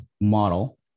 model